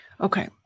Okay